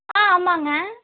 ஆ ஆமாம்ங்க